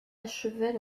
achevaient